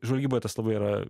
žvalgyboj tas labai yra